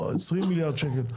או 20 מיליארד שקל,